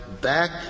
back